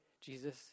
Jesus